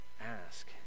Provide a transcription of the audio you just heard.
ask